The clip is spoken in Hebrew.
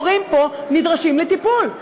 הורים פה נדרשים לטיפול.